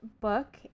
book